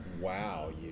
wow